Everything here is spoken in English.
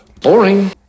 Boring